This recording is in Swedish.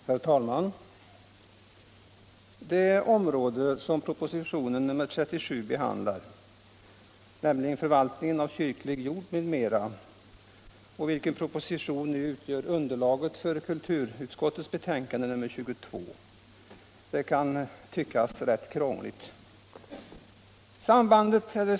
Herr talman! Det område — förvaltning av kyrklig jord m.m. — som behandlas i propositionen 37, vilken utgör underlag för kulturutskottets betänkande nr 22, kan tyckas vara rätt krångligt.